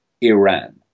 Iran